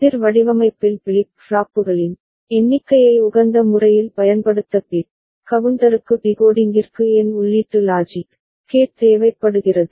எதிர் வடிவமைப்பில் பிளிப் ஃப்ளாப்புகளின் எண்ணிக்கையை உகந்த முறையில் பயன்படுத்த பிட் கவுண்டருக்கு டிகோடிங்கிற்கு n உள்ளீட்டு லாஜிக் கேட் தேவைப்படுகிறது